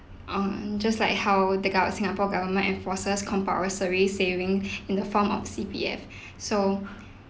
um just like how the gov~ singapore government enforces compulsory saving in the form of C_P_F so